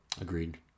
Agreed